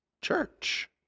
church